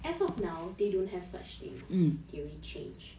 as of now they don't have such thing theory change